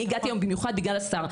אני הגעתי היום במיוחד בגלל השר,